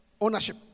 ownership